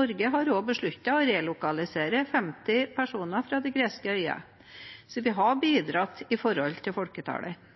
Norge har også besluttet å relokalisere 50 personer fra de greske øyene. Så vi har bidratt i forhold til folketallet.